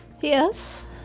Yes